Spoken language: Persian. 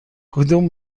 کدوم